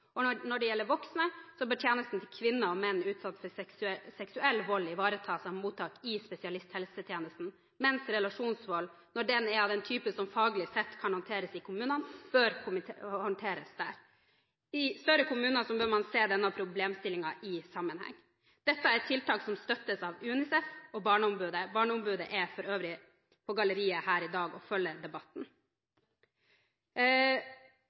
Når det gjelder voksne, bør tjenesten til kvinner og menn utsatt for seksuell vold ivaretas av mottak i spesialisthelsetjenesten, mens relasjonsvold, når den er av den typen som faglig sett kan håndteres i kommunene, bør håndteres der. I større kommuner bør man se denne problemstillingen i sammenheng. Dette er et tiltak som støttes av UNICEF og barneombudet. Barneombudet er for øvrig på galleriet her i dag og følger debatten.